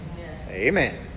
Amen